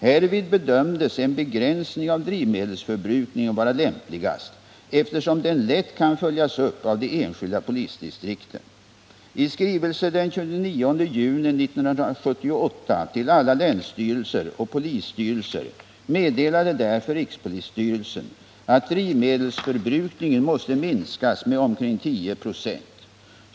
Härvid bedömdes en begränsning av drivmedelsförbrukningen vara lämpligast, eftersom den lätt kan följas upp av de enskilda polisdistrikten. I skrivelse den 29 juni 1978 till alla länsstyrelser och polisstyrelser meddelade därför rikspolisstyrelsen att drivmedelsförbrukningen måste minskas med omkring 10 96.